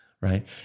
right